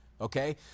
Okay